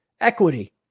equity